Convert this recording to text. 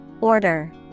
Order